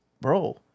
bro